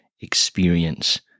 experience